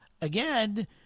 again